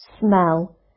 smell